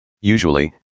Usually